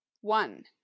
One